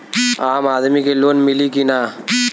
आम आदमी के लोन मिली कि ना?